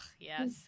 Yes